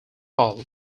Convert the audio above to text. hall